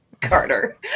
carter